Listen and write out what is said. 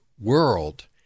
world